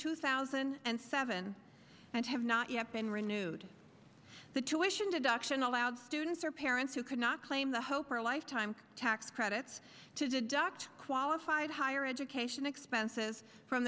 two thousand and seven and have not yet been renewed the tuition deduction allowed students or parents who cannot claim the hope for a lifetime tax credits to deduct qualified higher education expenses from